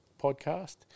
podcast